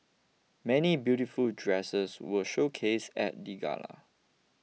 many beautiful dresses were showcased at the gala